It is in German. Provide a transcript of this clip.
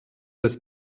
des